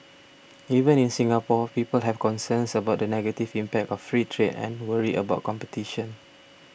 even in Singapore people have concerns about the negative impact of free trade and worry about competition